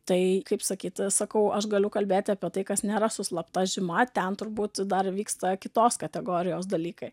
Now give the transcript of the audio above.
tai kaip sakyt sakau aš galiu kalbėti apie tai kas nėra su slapta žyma ten turbūt dar vyksta kitos kategorijos dalykai